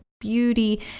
beauty